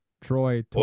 Troy